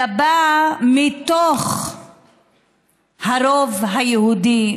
אלא באה מתוך הרוב היהודי,